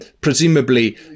presumably